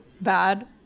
bad